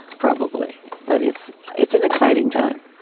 probably. but it's it's an exciting time